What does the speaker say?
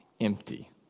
empty